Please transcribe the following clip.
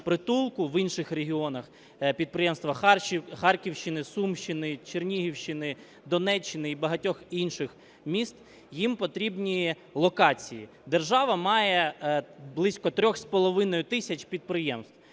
в інших регіонах підприємства Харківщини, Сумщини, Чернігівщини, Донеччини і багатьох інших міст, їм потрібні локації. Держава має близько 3,5 тисяч підприємств.